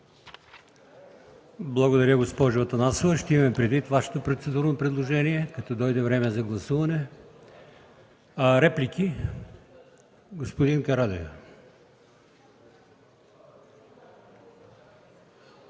Благодаря Ви, госпожо Атанасова. Ще имаме предвид Вашето процедурно предложение, като дойде време за гласуване. Реплики? Заповядайте,